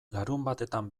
larunbatetan